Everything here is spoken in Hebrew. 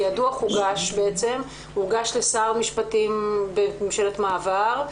הדוח הוגש לשר המשפטים בממשלת מעבר.